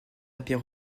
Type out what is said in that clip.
pierre